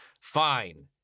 Fine